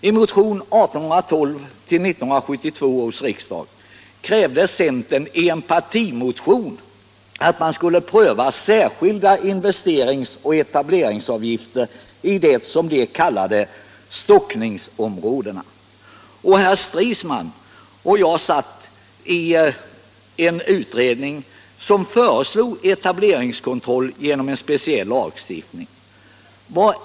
I motionen 1812 till 1972 års riksdag krävde centern i en partimotion att man skulle pröva särskilda investeringsoch etableringsavgifter i det som centern kallade stockningsområdena. Herr Stridsman och jag satt med i en utredning som föreslog etableringskontroll genom en speciell lagstiftning.